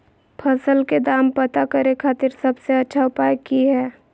फसल के दाम पता करे खातिर सबसे अच्छा उपाय की हय?